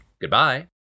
Goodbye